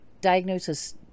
diagnosis